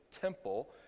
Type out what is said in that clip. temple